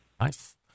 Nice